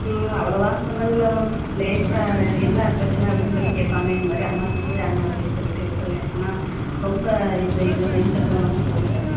அவ்வளவா சொன்னதில்லை மேம் லேசா என்ன பிரச்சின அப்படினு சொல்லி கேட்பாங்க இந்த மாதிரி அம்மா திட்டிட்டாங்க அப்படினு சொல்லிட்டு விட்ருவேன் ஆனால் ரொம்ப இது இதெல்லாம் இன்ட்ரஸ்டாலாம் சொல்ல மாட்டேன் மேம்